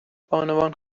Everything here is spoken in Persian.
بانوان